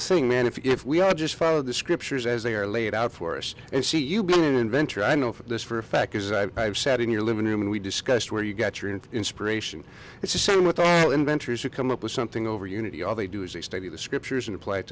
saying man if we are just follow the scriptures as they are laid out for us and see you being an inventor i know this for a fact is i have sat in your living room and we discussed where you got your and inspiration it's the same with all the inventors who come up with something overunity all they do is they study the scriptures and apply it